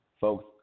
Folks